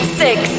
six